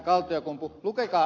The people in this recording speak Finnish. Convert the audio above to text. kaltiokumpu pekka